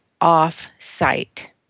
off-site